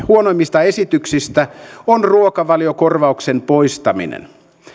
huonoimmista esityksistä on ruokavaliokorvauksen poistaminen